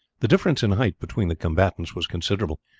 the difference in height between the combatants was considerable.